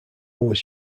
was